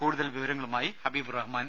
കൂടുതൽ വിവരങ്ങളുമായി ഹബീബ് റഹ്മാൻ